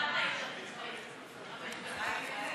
תשובתו, השר צריך, תארגני לו.